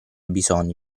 bisogni